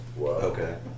Okay